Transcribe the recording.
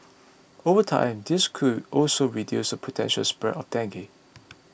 over time this could also reduce the potential spread of dengue